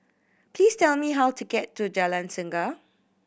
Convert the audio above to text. please tell me how to get to Jalan Singa